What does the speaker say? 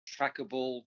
trackable